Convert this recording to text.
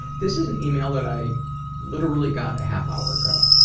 this is an email that i literally got a half-hour ago.